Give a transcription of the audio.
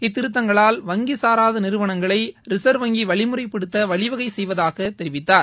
இத்திருத்தங்களால் வங்கி சாராத நிறுவனங்களை ரிசர்வ் வங்கி வழிமுறைப்படுத்த வழிவகை செய்வதாக தெரிவித்தார்